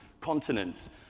continents